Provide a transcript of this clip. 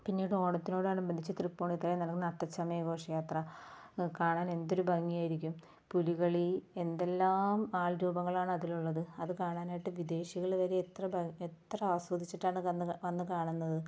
പിന്നീട് ഓണത്തോടനുബന്ധിച്ചു തൃപ്പൂണിത്തറയിൽ നടന്ന അത്തച്ചമയഘോഷയാത്ര അതുകാണാൻ എന്തൊരു ഭംഗിയായിരിക്കും പുലികളി എന്തെല്ലാം ആൾ രൂപങ്ങളാണ് അതിലുള്ളത് അത് കാണാനായിട്ടു വിദേശികൾ വരെ എത്ര എത്ര ആസ്വദിച്ചിട്ടാണ് വന്നു വന്ന് കാണുന്നത്